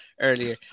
earlier